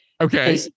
Okay